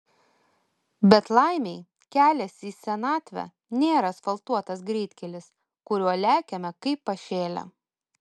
bet laimei kelias į senatvę nėra asfaltuotas greitkelis kuriuo lekiame kaip pašėlę